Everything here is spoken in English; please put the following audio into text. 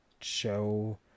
show